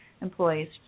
employees